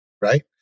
Right